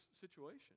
situation